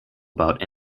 about